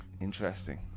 interesting